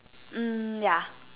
mm ya